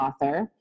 author